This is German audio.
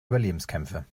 überlebenskämpfe